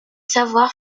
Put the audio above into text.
savoir